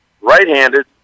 right-handed